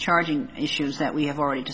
charging issues that we have already